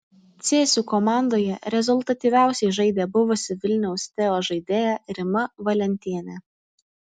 cėsių komandoje rezultatyviausiai žaidė buvusi vilniaus teo žaidėja rima valentienė